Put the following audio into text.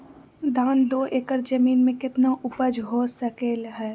धान दो एकर जमीन में कितना उपज हो सकलेय ह?